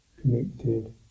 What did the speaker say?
connected